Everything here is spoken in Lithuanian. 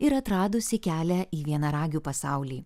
ir atradusi kelią į vienaragių pasaulį